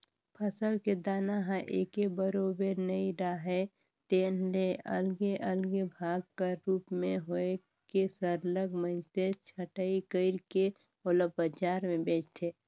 फसल के दाना ह एके बरोबर नइ राहय तेन ले अलगे अलगे भाग कर रूप में होए के सरलग मइनसे छंटई कइर के ओला बजार में बेंचथें